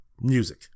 Music